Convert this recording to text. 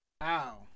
Wow